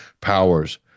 powers